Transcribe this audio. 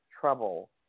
trouble